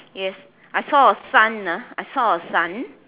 yes I saw a sun ah I saw a sun